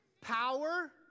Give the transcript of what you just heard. power